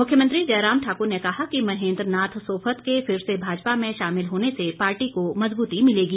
मुख्यमंत्री जयराम ठाकुर ने कहा कि महेन्द्र नाथ सोफत के फिर से भाजपा में शामिल होने से पार्टी का मजबूती मिलेगी